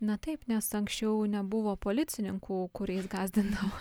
na taip nes anksčiau nebuvo policininkų kuriais gąsdindavo